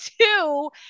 two